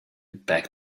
back